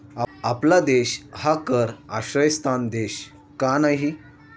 आपला देश हा कर आश्रयस्थान देश का नाही?